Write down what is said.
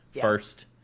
first